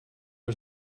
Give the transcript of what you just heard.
was